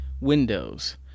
windows